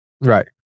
Right